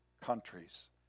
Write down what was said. countries